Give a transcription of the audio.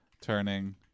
turning